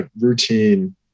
routine